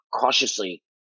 cautiously